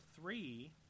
three